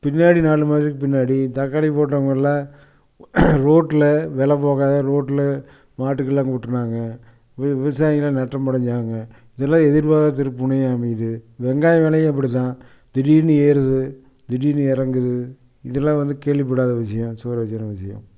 பின்னாடி நாலு மாதத்துக்கு பின்னாடி தக்காளி போட்டவங்களில் ரோட்டில் விலை போகாத ரோட்டில் மாட்டுக்கெலாம் கொட்டினாங்க வி விவசாயிங்கெளாம் நஷ்டம் அடைஞ்சாங்க இதெல்லாம் எதிர்பாராத திருப்புமுனையாக அமையுது வெங்காய விலையும் அப்படி தான் திடீரெனு ஏறுது திடீரெனு இறங்குது இதலாம் வந்து கேள்விப்படாத விஷயம் சுவாரஸ்யமான விஷயம்